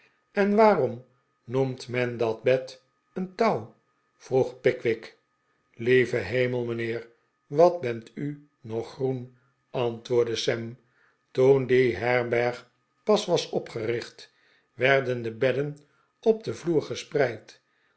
en waarom noemt men dat bed een touw vroeg pickwick lieve hemel mijnheer wat bent u nog groen antwoordde sam toen die herberg pas was opgericht werden de bedden op den vloer gespreidj